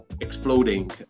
exploding